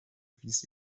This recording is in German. wies